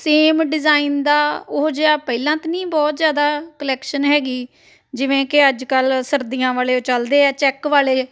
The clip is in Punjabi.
ਸੇਮ ਡਿਜ਼ਾਇਨ ਦਾ ਉਹੋ ਜਿਹਾ ਪਹਿਲਾਂ ਤਾਂ ਨਹੀਂ ਬਹੁਤ ਜ਼ਿਆਦਾ ਕਲੈਕਸ਼ਨ ਹੈਗੀ ਜਿਵੇਂ ਕਿ ਅੱਜ ਕੱਲ੍ਹ ਸਰਦੀਆਂ ਵਾਲੇ ਉਹ ਚਲਦੇ ਆ ਚੈੱਕ ਵਾਲੇ